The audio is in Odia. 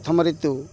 ପ୍ରଥମ ଋତୁ